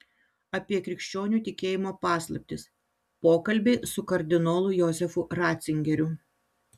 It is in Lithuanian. apie krikščionių tikėjimo paslaptis pokalbiai su kardinolu jozefu racingeriu